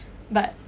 but